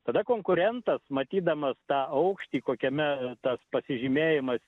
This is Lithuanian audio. tada konkurentas matydamas tą aukštį kokiame tas pasižymėjimas